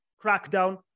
crackdown